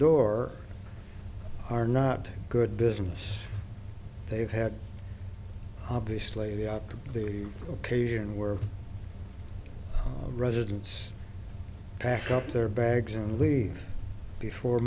door are not good business they've had obviously up to the occasion where residents pack up their bags and leave before